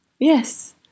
Yes